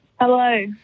Hello